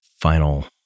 final